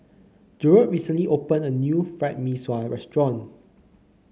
Jerod recently opened a new Fried Mee Sua restaurant